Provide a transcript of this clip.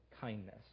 kindness